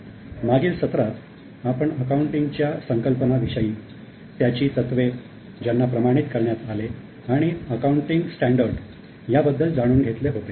मागील सत्रात आपण अकाउंटिंगच्या संकल्पना विषयी त्याची तत्वे ज्यांना प्रमाणित करण्यात आले आणि अकाउंटिंग स्टैंडर्ड याबद्दल जाणून घेतले होते